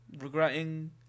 regretting